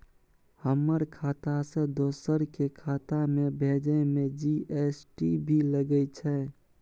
हमर खाता से दोसर के खाता में भेजै में जी.एस.टी भी लगैछे?